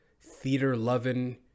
theater-loving